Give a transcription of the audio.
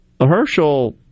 Herschel